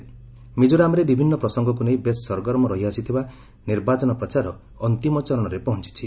ମିକ୍କୋରାମରେ ବିଭିନ୍ନ ପ୍ରସଙ୍ଗକୁ ନେଇ ବେଶ୍ ସରଗରମ ରହିଆସିଥିବା ନିର୍ବାଚନ ପ୍ରଚାର ଅନ୍ତିମ ଚରଣରେ ପହଞ୍ଚୁଛି